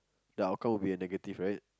the outcome would be a negative right